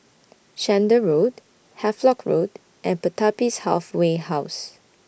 Chander Road Havelock Road and Pertapis Halfway House